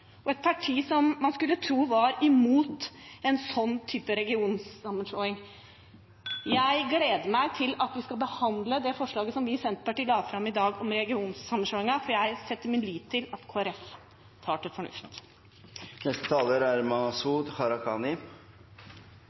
og et parti som man skulle tro var imot en sånn type regionsammenslåing? Jeg gleder meg til vi skal behandle det forslaget Senterpartiet la fram i dag om regionsammenslåingen, for jeg setter min lit til at Kristelig Folkeparti tar til fornuft. I Norge er